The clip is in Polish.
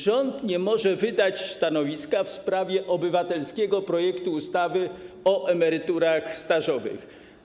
Rząd nie może wydać stanowiska w sprawie obywatelskiego projektu ustawy o emeryturach stażowych.